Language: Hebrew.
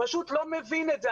פשוט לא מבין את זה.